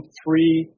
three